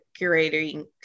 curating